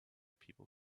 people